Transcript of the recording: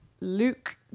Luke